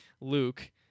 Luke